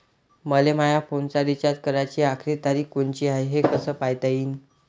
मले माया फोनचा रिचार्ज कराची आखरी तारीख कोनची हाय, हे कस पायता येईन?